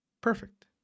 Perfect